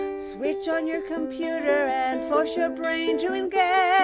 switch on your computer, and force your brain to engage.